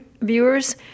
viewers